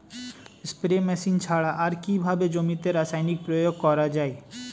Spray machine ছাড়া আর কিভাবে জমিতে রাসায়নিক প্রয়োগ করা যায়?